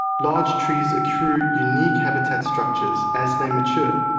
large trees accrue unique habitat structures as they mature,